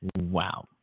Wow